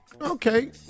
Okay